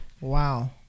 Wow